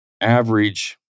average